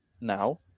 now